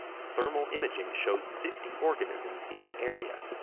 thermal imaging shows fifty organisms in the area,